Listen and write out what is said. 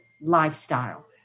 lifestyle